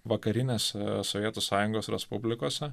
vakarinėse sovietų sąjungos respublikose